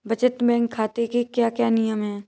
बचत बैंक खाते के क्या क्या नियम हैं?